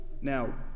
Now